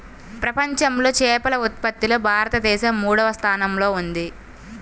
ప్రపంచంలో చేపల ఉత్పత్తిలో భారతదేశం మూడవ స్థానంలో ఉంది